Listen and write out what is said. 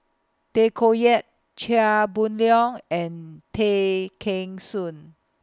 Tay Koh Yat Chia Boon Leong and Tay Kheng Soon